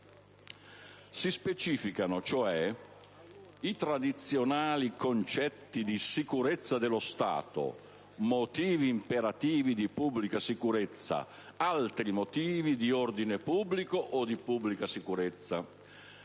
Si specificano cioè i tradizionali concetti di sicurezza dello Stato, motivi imperativi di pubblica sicurezza e altri motivi di ordine pubblico o di pubblica sicurezza.